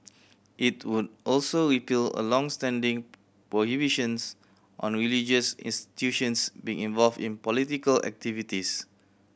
it would also repeal a long standing prohibitions on religious institutions being involved in political activities